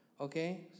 Okay